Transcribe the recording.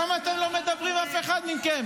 למה אתם לא מדברים, אף אחד מכם?